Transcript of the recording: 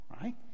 right